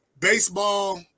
Baseball